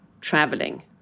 traveling